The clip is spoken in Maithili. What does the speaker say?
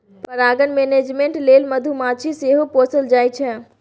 परागण मेनेजमेन्ट लेल मधुमाछी सेहो पोसल जाइ छै